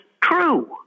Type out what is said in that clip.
true